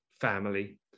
family